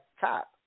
top